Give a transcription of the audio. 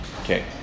Okay